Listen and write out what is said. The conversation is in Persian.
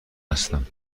هستم